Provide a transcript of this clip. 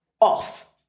off